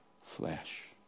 flesh